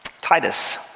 Titus